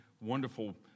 wonderful